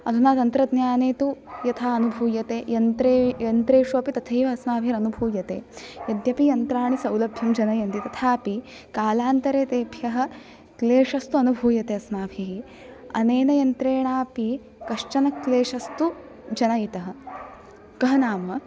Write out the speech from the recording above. अधुना तन्त्रज्ञाने तु यथा अनुभूयते यन्त्रे यन्त्रेषु अपि तथैव अस्माभिः अनुभूयते यद्यपि यन्त्राणि सौलभ्यं जनयन्ति तथापि कालान्तरे तेभ्यः क्लेशस्तु अनुभूयते अस्माभिः अनेन यन्त्रेणापि कश्चन क्लेशस्तु जनयितः कः नाम